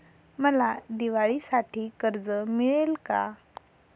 मला दिवाळीसाठी कर्ज मिळेल का?